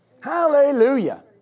Hallelujah